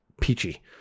peachy